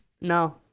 no